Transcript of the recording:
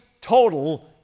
total